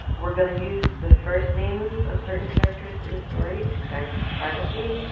we're going to use the first names of certain characters in the story to protect privacy.